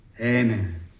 Amen